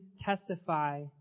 testify